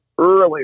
early